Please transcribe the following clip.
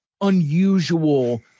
Unusual